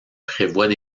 prévoient